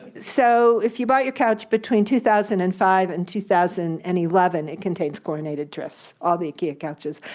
so if you bought your couch between two thousand and five and two thousand and eleven, it contains chlorinated tris, all the ikea couches,